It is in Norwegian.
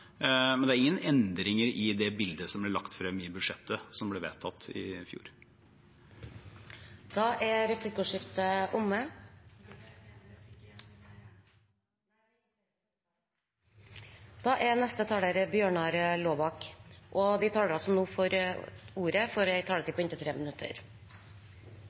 men det er ingen endringer i det bildet som ble lagt frem i budsjettet som ble vedtatt i fjor. Da er replikkordskiftet omme. De talere som heretter får ordet, har en taletid på inntil 3 minutter.